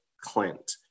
Clint